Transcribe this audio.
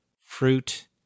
fruit